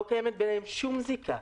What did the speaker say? לא קיימת ביניהם שום זיקה,